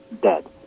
dead